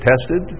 tested